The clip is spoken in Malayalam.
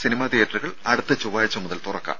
സിനിമാ തിയേറ്ററുകൾ അടുത്ത ചൊവ്വാഴ്ച മുതൽ തുറക്കാം